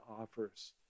offers